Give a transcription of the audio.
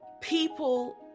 people